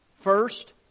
First